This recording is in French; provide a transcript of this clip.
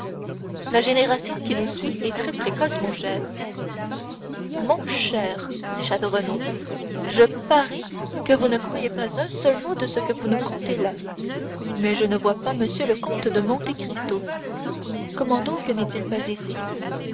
la génération qui nous suit est très précoce mon cher mon cher dit château renaud je parie que vous ne croyez pas un seul mot de ce que vous nous contez là mais je ne vois pas le comte de monte cristo comment donc n'est-il pas ici